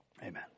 Amen